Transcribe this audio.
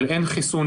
אבל אין חיסון,